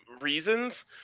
reasons